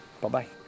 Bye-bye